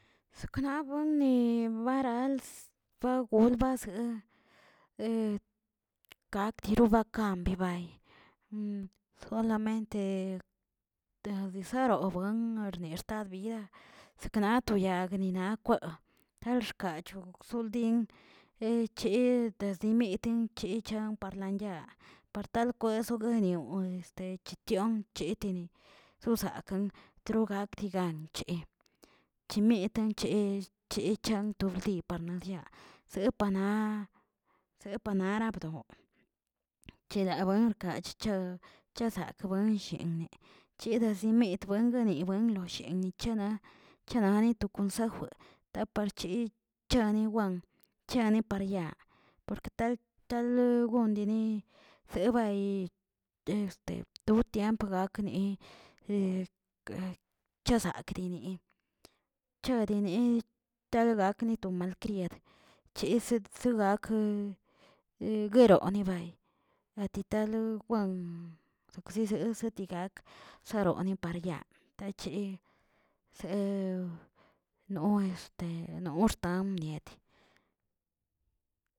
Sakna buenni barals fue gol ba zaa, kaꞌk' terobakan bibayi, solamente te desaronrbuen arnistad vida sekna to yag bina kweꞌe talxkachoksoꞌldin eche desimitin yichan parlanyaa, partal gueso guinioꞌ este chichion cheteni sosakan trogakdiganchi, chimetin chii chii chan to lbdiꞌparna diaꞌ sepana sepanara bdoꞌ, cheda buen rkaachichaa chezakꞌ buenshine chida sinmit buingani buen loshin nichonaꞌ chenani to consejwꞌ taparchi chaniwan chani par yaa, por que tal- talegondeni sebayi este to tiemp gakeni chezakkreni, chadeni tad gakni to malcriad, chedse so gakəgueroni bay ati talo sekzezizee setigak saroni par yaa daa cheyi sew no este no xtam mnieti.